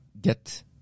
get